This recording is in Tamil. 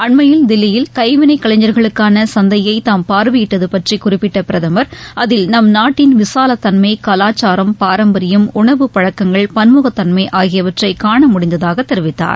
அண்மையில் தில்லியில் கைவினைக் கலைஞர்களுக்கான சந்தையை தாம் பார்வையிட்டது பற்றி குறிப்பிட்ட பிரதமர் அதில் நம்நாட்டின் விசாலத்தன்மை கலாச்சாரம் பாரம்பரியம் உணவுப் பழக்கங்கள் பன்முகத்தன்மை ஆகியவற்றை காண முடிந்ததாக தெரிவித்தார்